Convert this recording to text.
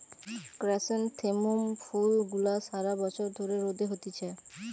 chrysanthemum ফুল গুলা সারা বছর ধরে রোদে হতিছে